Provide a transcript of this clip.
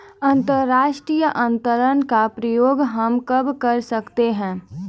अंतर्राष्ट्रीय अंतरण का प्रयोग हम कब कर सकते हैं?